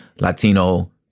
Latino